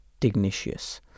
Dignitius